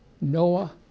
Noah